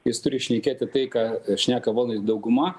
jis turi šnekėti tai ką šneka valdanti dauguma